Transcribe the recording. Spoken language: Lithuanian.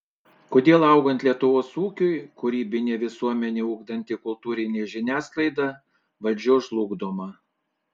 kodėl augant lietuvos ūkiui kūrybinę visuomenę ugdanti kultūrinė žiniasklaida valdžios žlugdoma